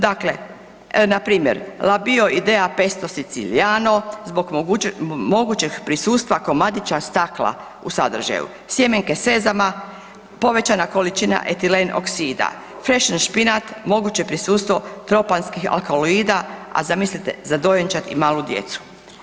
Dakle, npr. „la bio idea pesto siciliano“ zbog mogućeg prisustva komadića stakla u sadržaju, sjemenke sezama, povećana količina etilen oksida, fešn špinat, moguće prisustvo tropanskih alkaloida, a zamislite za dojenčad i malu djecu.